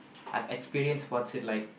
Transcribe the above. I've experienced what's it like